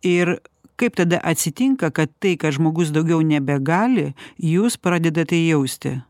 ir kaip tada atsitinka kad tai kad žmogus daugiau nebegali jūs pradedate jausti